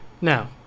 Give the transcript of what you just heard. now